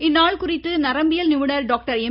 இந்நாள் குறித்து நரம்பியல் நிபுணர் டாக்டர் எம்